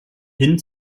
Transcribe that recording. hin